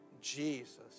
Jesus